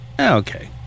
Okay